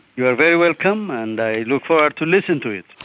you are very welcome, and i look forward to listen to it.